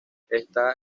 está